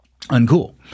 uncool